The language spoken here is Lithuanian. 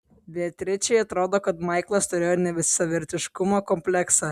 beatričei atrodo kad maiklas turėjo nevisavertiškumo kompleksą